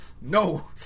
No